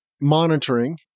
monitoring